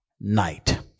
night